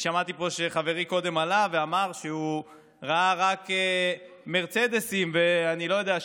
אני שמעתי פה שחברי קודם עלה ואמר שהוא ראה רק מרצדסים ואני לא יודע,